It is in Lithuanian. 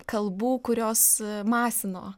kalbų kurios masino